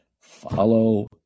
Follow